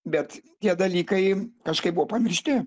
bet tie dalykai kažkaip buvo pamiršti